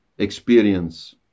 Experience